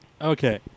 okay